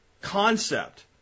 concept